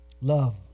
Love